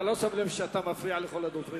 אתה לא שם לב שאתה מפריע לכל הדוברים?